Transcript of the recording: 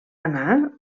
anar